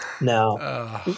no